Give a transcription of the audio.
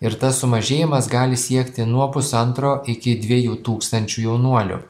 ir tas sumažėjimas gali siekti nuo pusantro iki dviejų tūkstančių jaunuolių